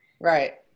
Right